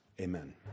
Amen